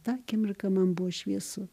tą akimirką man buvo šviesu